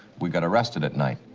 we got arrested at night.